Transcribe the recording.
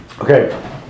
Okay